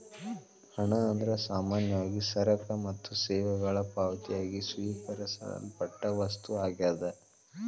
ಹಣ ಅಂದ್ರ ಸಾಮಾನ್ಯವಾಗಿ ಸರಕ ಮತ್ತ ಸೇವೆಗಳಿಗೆ ಪಾವತಿಯಾಗಿ ಸ್ವೇಕರಿಸಲ್ಪಟ್ಟ ವಸ್ತು ಆಗ್ಯಾದ